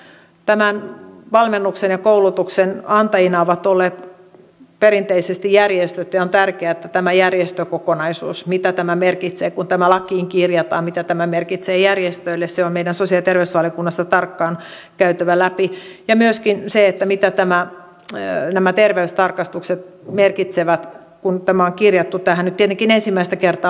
tämän valmennuksen ja koulutuksen antajina ovat olleet perinteisesti järjestöt ja on tärkeää että tämä järjestökokonaisuus mitä tämä merkitsee kun tämä lakiin kirjataan mitä tämä merkitsee järjestöille käydään tarkkaan sosiaali ja terveysvaliokunnassa läpi ja myöskin se mitä nämä terveystarkastukset merkitsevät kun tämä on kirjattu nyt tietenkin ensimmäistä kertaa lainsäädäntöön